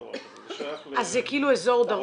אין דבר כזה, זה שייך -- אז זה כאילו אזור דרום?